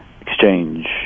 exchange